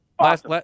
last